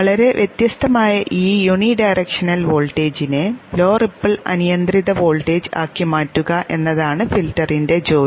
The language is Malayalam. വളരെ വ്യത്യസ്തമായ ഈ യൂണിഡയറക്ഷനൽ വോൾട്ടേജിനെ ലോ റിപ്പിൾ അനിയന്ത്രിത വോൾട്ടേജ് ആക്കി മാറ്റുക എന്നതാണ് ഫിൽട്ടറിന്റെ ജോലി